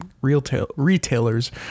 Retailers